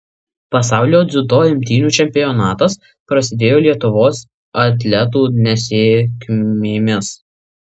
pasaulio dziudo imtynių čempionatas prasidėjo lietuvos atletų nesėkmėmis